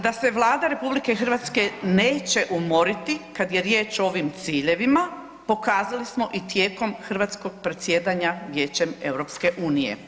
Da se Vlada RH neće umoriti kada je riječ o ovim ciljevima pokazali smo i tijekom hrvatskog predsjedanja Vijećem EU.